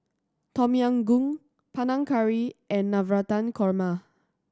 Tom Yam Goong Panang Curry and Navratan Korma